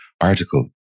article